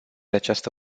această